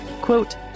quote